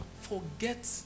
forget